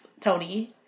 tony